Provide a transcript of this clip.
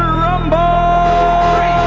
rumble